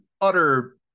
utter